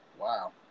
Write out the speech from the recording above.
wow